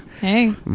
Hey